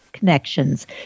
Connections